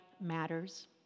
matters